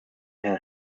herrn